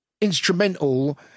instrumental